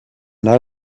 not